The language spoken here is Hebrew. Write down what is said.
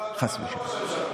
חס ושלום.